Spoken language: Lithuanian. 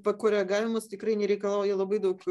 pakoregavimas tikrai nereikalauja labai daug